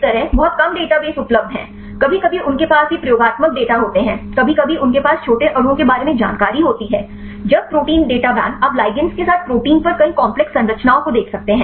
इसी तरह बहुत कम डेटाबेस उपलब्ध हैं कभी कभी उनके पास ये प्रयोगात्मक डेटा होते हैं कभी कभी उनके पास छोटे अणुओं के बारे में जानकारी होती है जब प्रोटीन डेटा बैंक आप ligands के साथ प्रोटीन पर कई काम्प्लेक्स संरचनाओं को देख सकते हैं